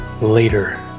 Later